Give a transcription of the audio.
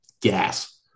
Gas